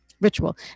ritual